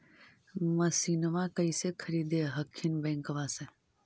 मसिनमा कैसे खरीदे हखिन बैंकबा से?